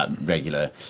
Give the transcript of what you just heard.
regular